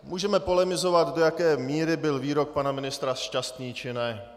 Můžeme polemizovat, do jaké míry byl výrok pana ministra šťastný, či ne.